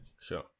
Sure